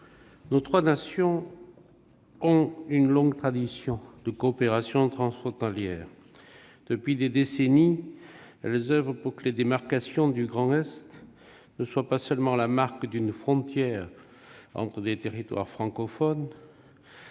Nos trois nations ont une longue tradition de coopération transfrontalière. Depuis des décennies, elles oeuvrent pour que les démarcations du Grand Est ne soient pas seulement la marque d'une frontière entre des territoires francophones